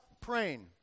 praying